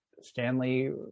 Stanley